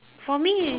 for me is